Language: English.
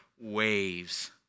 waves